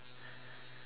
there's no s~